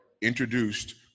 introduced